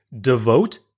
devote